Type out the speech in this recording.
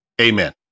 Amen